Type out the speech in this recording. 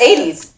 80s